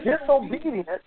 Disobedient